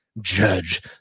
judge